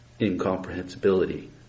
incomprehensibility